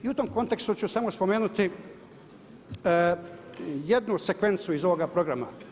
I u tom kontekstu ću samo spomenuti jednu sekvencu iz ovoga programa.